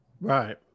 right